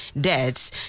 debts